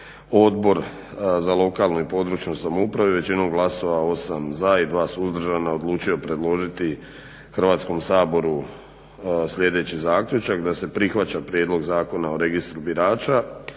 Odbor za lokalnu i područnu samoupravu većinom glasova 8 za i 2 suzdržana odlučio je predložiti Hrvatskom saboru sljedeći zaključak, da se prihvaća prijedlog Zakona o registru birača,